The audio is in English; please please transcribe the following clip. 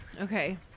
Okay